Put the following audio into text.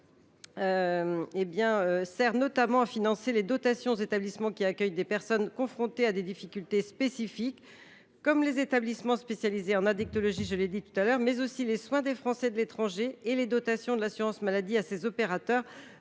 notamment les dotations aux établissements accueillant des personnes confrontées à des difficultés spécifiques, comme les établissements spécialisés en addictologie, mais aussi les soins des Français de l’étranger et les dotations de l’assurance maladie à la Haute